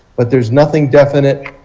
but there is nothing definite.